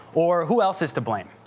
or who else is to blame?